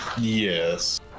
Yes